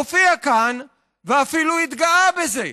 הופיע כאן ואפילו התגאה בזה.